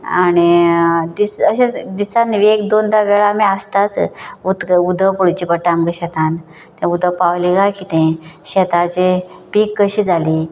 आनी अशेंच दिसान एक दोन वेळा आमी आसताच उदक पळोवचें पडटा आमकां शेतांत तें उदक पावले काय किदें शेताची पीक कशी जाली